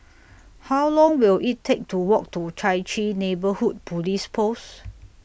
How Long Will IT Take to Walk to Chai Chee Neighbourhood Police Post